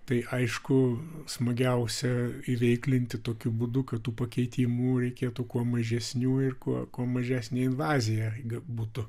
tai aišku smagiausia įveiklinti tokiu būdu kad tų pakeitimų reikėtų kuo mažesnių ir kuo kuo mažesnė invazija būtų